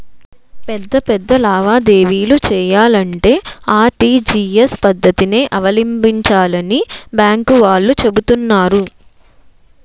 పెద్ద పెద్ద లావాదేవీలు చెయ్యాలంటే ఆర్.టి.జి.ఎస్ పద్దతినే అవలంబించాలని బాంకు వాళ్ళు చెబుతున్నారు